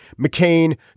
McCain